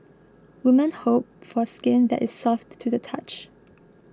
woman hope for skin that is soft to the touch